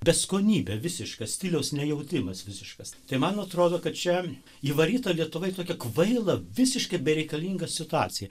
beskonybė visiška stiliaus nejautimas visiškas tai man atrodo kad čia įvaryta lietuvoj tokia kvaila visiškai bereikalinga situacija